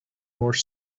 more